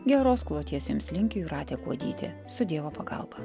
geros kloties jums linki jūratė kuodytė su dievo pagalba